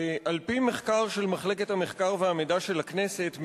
על-פי מחקר של מחלקת המחקר והמידע של הכנסת,